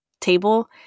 table